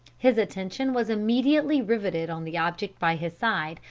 his attention was immediately riveted on the object by his side,